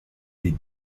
des